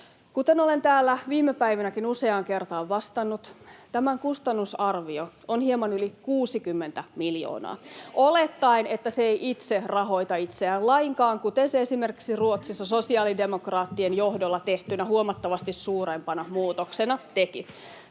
Kuten olen täällä viime päivinäkin useaan kertaan vastannut, tämän kustannusarvio on hieman yli 60 miljoonaa [Keskustan ryhmästä: Keneltä leikataan seuraavaksi?] olettaen, että se ei itse rahoita itseään lainkaan, kuten se esimerkiksi Ruotsissa sosiaalidemokraattien johdolla tehtynä huomattavasti suurempana muutoksena teki.